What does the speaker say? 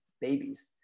babies